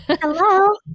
Hello